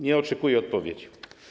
Nie oczekuję odpowiedzi.